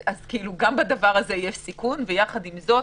אז גם בדבר הזה יש סיכון, ועם זאת,